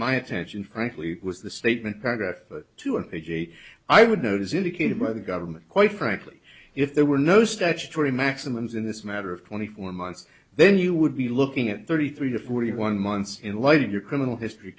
my attention frankly was the statement paragraph two of a j i would note as indicated by the government quite frankly if there were no statutory maximums in this matter of twenty four months then you would be looking at thirty three to forty one months in light of your criminal history